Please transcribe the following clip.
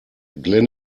glenn